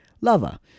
Lava